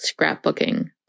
scrapbooking